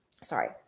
sorry